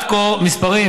מספרים,